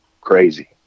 crazy